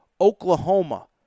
Oklahoma